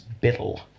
Biddle